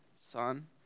son